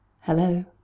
Hello